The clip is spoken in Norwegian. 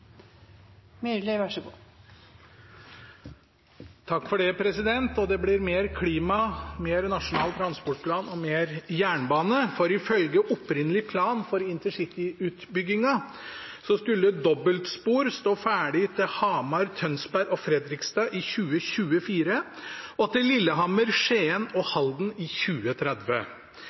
Myrli. Det blir mer klima, mer Nasjonal transportplan og mer jernbane. Ifølge opprinnelig plan for intercityutbyggingen skulle dobbeltspor stå ferdig til Hamar, Tønsberg og Fredrikstad i 2024 og til Lillehammer, Skien og Halden i 2030.